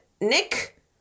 Nick